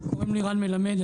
קוראים לי רן מלמד.